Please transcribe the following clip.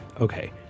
Okay